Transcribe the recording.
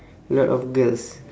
a lot of girls